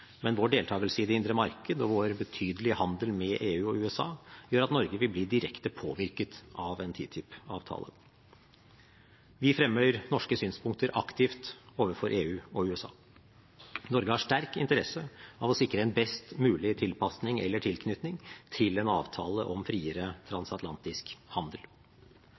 men vår deltakelse i det indre marked, og vår betydelige handel med EU og USA, gjør at Norge vil bli direkte påvirket av en TTIP-avtale. Vi fremmer norske synspunkter aktivt overfor EU og USA. Norge har sterk interesse av å sikre en best mulig tilpasning eller tilknytning til en avtale om friere transatlantisk handel.